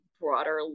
broader